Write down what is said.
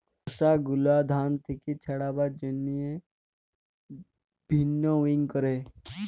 খসা গুলা ধান থেক্যে ছাড়াবার জন্হে ভিন্নউইং ক্যরে